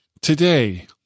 today